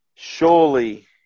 Surely